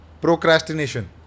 procrastination